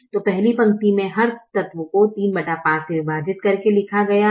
तो पहली पंक्ति मे हर तत्व को 35 से विभाजित करके लिखा गया है